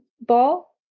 ball